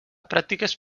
pràctiques